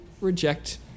reject